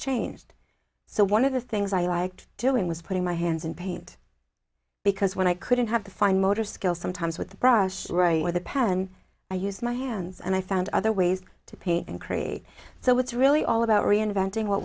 changed so one of the things i liked doing was putting my hands in paint because when i couldn't have the fine motor skills sometimes with the brush right with a pen i use my hands and i found other ways to paint and create so it's really all about reinventing what